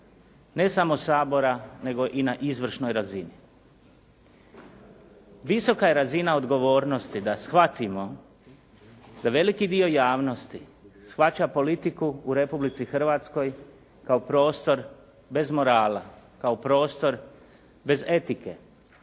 ne samo Sabora nego i na izvršnoj razini. Visoka je razina odgovornosti da shvatimo da veliki dio javnosti shvaća politiku u Republici Hrvatskoj kao prostor bez morala, kao prostor bez etike